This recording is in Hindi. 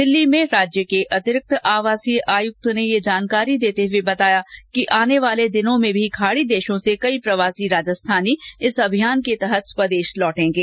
दिल्ली में राज्य के अतिरिक्त आवासीय आयुक्त ने यह जानकारी देते हुए बताया कि आने वाले दिनों में भी खाड़ी देशों से कई प्रवासी राजस्थानी इस अभियान के तहत स्वदेश लौटेंगे